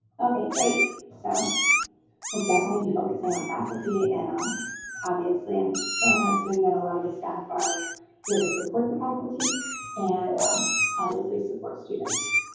okay, great. so we'll definitely be focusing on faculty. and um obviously, i'm going to ah assume that a lot of the staff are here to support the faculty and obviously, support students.